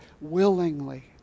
willingly